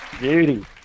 Beauty